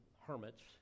hermits